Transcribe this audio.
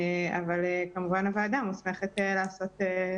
אבל כמובן הוועדה מוסמכת לעשות.